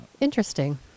Interesting